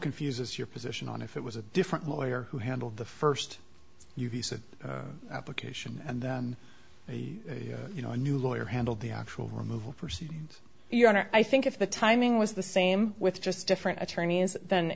confuses your position on if it was a different lawyer who handled the first use of application and you know a new lawyer handled the actual removal proceedings your honor i think if the timing was the same with just different attorneys than